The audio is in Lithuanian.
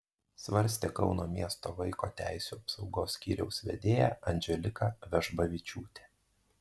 svarstė kauno miesto vaiko teisių apsaugos skyriaus vedėja andželika vežbavičiūtė